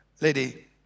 Lady